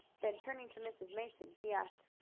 then turning to mrs. mason he asked,